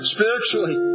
Spiritually